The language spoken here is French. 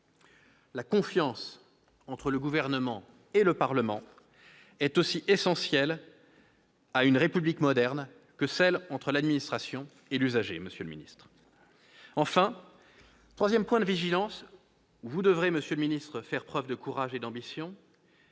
La confiance entre le Gouvernement et le Parlement est aussi essentielle à une République moderne que celle qui existe entre l'administration et l'usager. Enfin- troisième point d'incertitude sur lequel vous devrez faire preuve de courage et d'ambition,